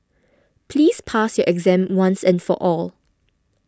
please pass your exam once and for all